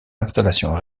installations